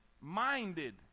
minded